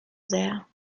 sehr